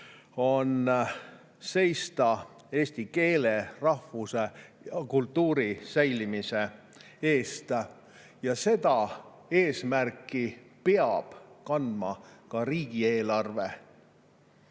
on seista eesti keele, rahvuse ja kultuuri säilimise eest ja seda eesmärki peab kandma ka riigieelarve.